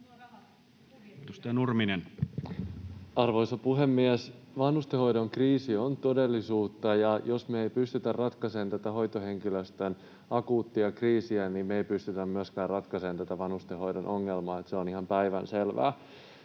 Arvoisa puhemies! Vanhustenhoidon kriisi on todellisuutta, ja jos me emme pysty ratkaisemaan tätä hoitohenkilöstön akuuttia kriisiä, niin me emme pysty myöskään ratkaisemaan tätä vanhustenhoidon ongelmaa. Se on ihan päivänselvää.